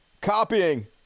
copying